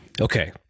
Okay